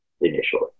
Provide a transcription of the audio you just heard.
initially